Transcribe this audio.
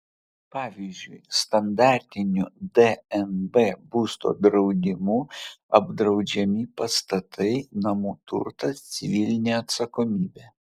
pavyzdžiui standartiniu dnb būsto draudimu apdraudžiami pastatai namų turtas civilinė atsakomybė